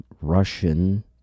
Russian